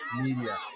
Media